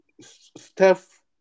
Steph